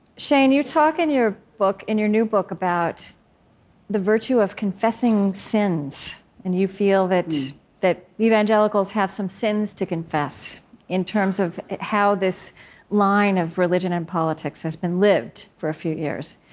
shane, you talk in your book in your new book about the virtue of confessing sins and you feel that that evangelicals have some sins to confess in terms of how this line of religion and politics has been lived for a few years.